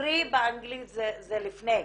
פרי באנגלית זה לפני.